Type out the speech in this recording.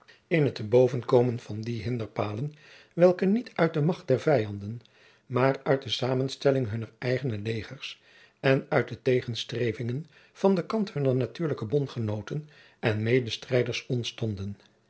in het te boven komen van die hinderpalen welke niet uit de macht der vijanden maar uit de samenstelling hunner eigene legers en uit de tegenstreving van den kant hunner natuurlijke bondgenooten en medestrijders ontstonden